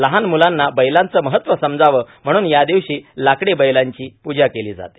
लहान मुलांना बैलाचे महत्व समजावे म्हणून यादिवशी लाकडी बैलांची पूजा केली जाते